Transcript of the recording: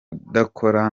udakora